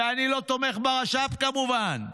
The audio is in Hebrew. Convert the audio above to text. ואני לא תומך ברש"פ, כמובן,